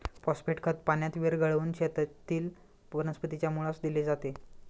phosphate खत पाण्यात विरघळवून शेतातील वनस्पतीच्या मुळास दिले जाते